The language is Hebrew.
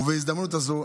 ובהזדמנות הזאת,